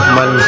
Man